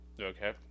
Okay